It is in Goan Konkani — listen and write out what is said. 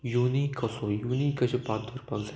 युनिक कसो युनिक अशें पात दरपाक जाय